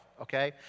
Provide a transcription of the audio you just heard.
okay